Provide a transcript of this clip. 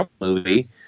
movie